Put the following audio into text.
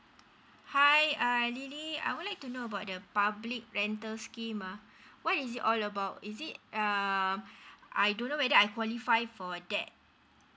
hi lily I would like to know about the public rental scheme uh what is it all about is it um I don't know whether I qualify for that